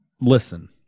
listen